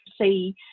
see